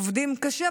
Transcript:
עובדים קשה,